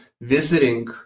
visiting